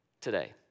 today